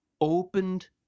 opened